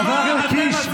חבר הכנסת קיש.